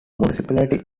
municipality